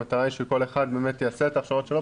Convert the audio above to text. המטרה היא שכל אחד באמת יעשה את ההכשרות שלו,